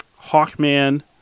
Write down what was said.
Hawkman